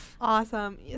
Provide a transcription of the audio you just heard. Awesome